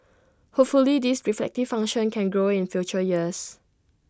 hopefully this reflective function can grow in future years